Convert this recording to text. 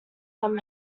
them